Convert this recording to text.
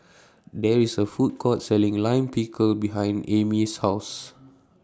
There IS A Food Court Selling Lime Pickle behind Aimee's House